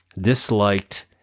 disliked